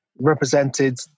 represented